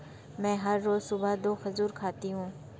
मैं हर रोज सुबह दो खजूर खाती हूँ